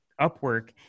Upwork